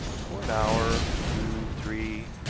for an hour two, three,